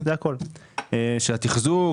של התחזוק,